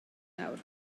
nawr